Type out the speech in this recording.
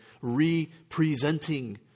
representing